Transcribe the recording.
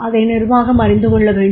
அதை நிர்வாகம் அறிந்து கொள்ள வேண்டும்